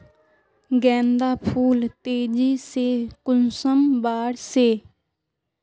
गेंदा फुल तेजी से कुंसम बार से?